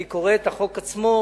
אני קורא את החוק עצמו,